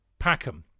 Packham